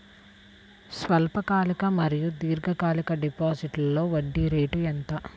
స్వల్పకాలిక మరియు దీర్ఘకాలిక డిపోజిట్స్లో వడ్డీ రేటు ఎంత?